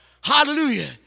Hallelujah